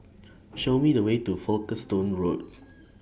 Show Me The Way to Folkestone Road